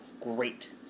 great